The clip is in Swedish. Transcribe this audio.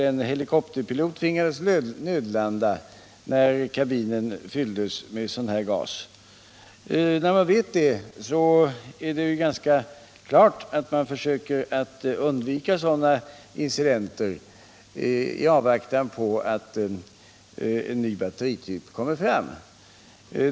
En helikopterpilot tvingades t.ex. nödlanda när kabinen fylldes med gas. När man vet detta är det klart att man försöker undvika sådana incidenter i avvaktan på att en ny batterityp kommer fram.